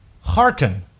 Hearken